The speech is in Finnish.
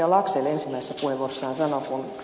laxell ensimmäisessä puheenvuorossaan sanoi